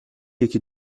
یکی